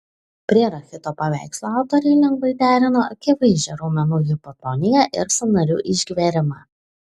prie rachito paveikslo autoriai lengvai derino akivaizdžią raumenų hipotoniją ir sąnarių išgverimą